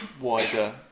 wider